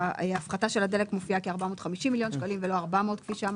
וההפחתה של הדלק מופיעה כ-450 מיליון שקלים ולא 400 כפי שאמרת.